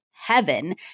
heaven